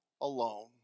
alone